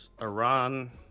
Iran